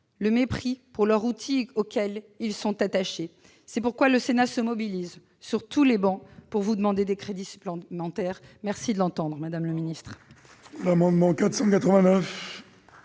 le mépris pour un outil auquel ils sont attachés. Le Sénat se mobilise, sur toutes les travées, pour vous demander des crédits supplémentaires. Merci de l'entendre, madame la ministre.